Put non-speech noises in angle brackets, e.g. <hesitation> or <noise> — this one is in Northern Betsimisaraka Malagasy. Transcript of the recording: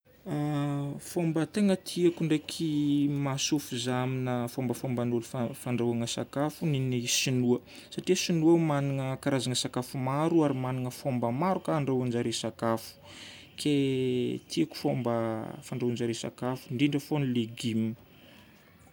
<hesitation> Fomba tegna tiako ndraiky mahasofo za amina fombafomban'olo fandrahoagna sakafo ny an'ny Sinoa. Satria Sinoa magnana karazagna sakafo maro ary magnana fomba maro koa andrahoan-dry zareo sakafo. Ke tiako fô mba fandrahoan-jare sakafo indrindra fô ny légumes.